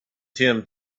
tim